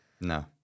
no